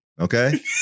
Okay